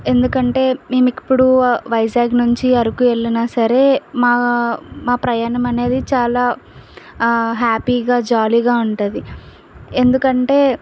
ఎందుకంటే నేను ఇప్పుడు వైజాగ్ నుంచి అరకు వెళ్ళినా సరే మా మా ప్రయాణం అనేది చాలా హ్యాపీగా జాలీగా ఉంటుంది ఎందుకంటే